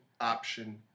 option